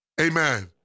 Amen